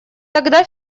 тогда